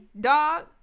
dog